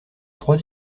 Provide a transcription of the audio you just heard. trois